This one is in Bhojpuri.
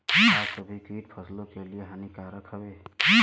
का सभी कीट फसलों के लिए हानिकारक हवें?